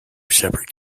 separate